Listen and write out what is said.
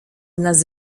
nas